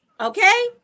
okay